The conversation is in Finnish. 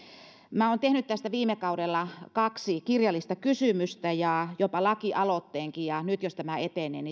olen tehnyt tästä viime kaudella kaksi kirjallista kysymystä ja jopa lakialoitteenkin ja nyt jos tämä etenee